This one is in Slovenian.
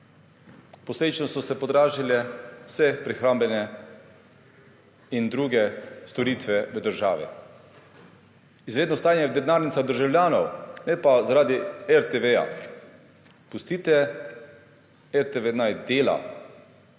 posledično so se podražile vse prehrambne in druge storitve v državi. Izredno stanje je v denarnicah državljanov, ne pa zaradi RTV. Pustite RTV, naj dela.